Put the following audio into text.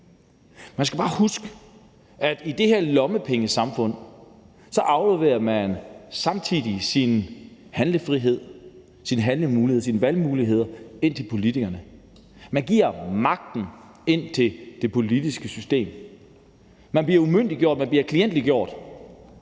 Man skal bare huske, at i det her lommepengesamfund afleverer man samtidig sin handlefrihed, sine handlemuligheder og sine valgmuligheder til politikerne. Man giver magten til det politiske system. Man bliver umyndiggjort, man bliver klientgjort,